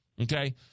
Okay